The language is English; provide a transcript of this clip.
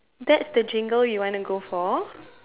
that's the kingle you want to go for